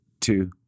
two